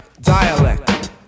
dialect